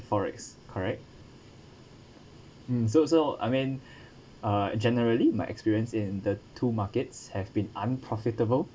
forex correct mm so so I mean uh generally my experience in the two markets have been unprofitable